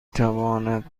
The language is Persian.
تواند